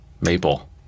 maple